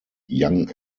young